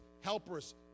helpers